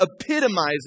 epitomizes